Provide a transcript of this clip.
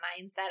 mindset